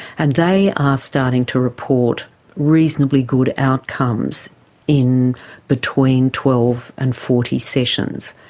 and they are starting to report reasonably good outcomes in between twelve and forty sessions.